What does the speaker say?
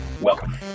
Welcome